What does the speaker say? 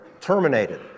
Terminated